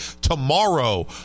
Tomorrow